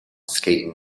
skating